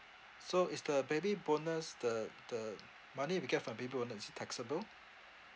so is the baby bonus the the money we get from baby bonus is it taxable